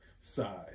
side